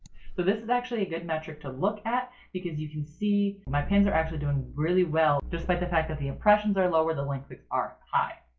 so this is actually a good metric to look at because you can see my pins are actually doing really well, despite the fact that the impressions are lower, the link clicks are high.